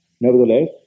Nevertheless